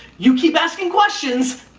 you keep asking questions.